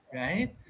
right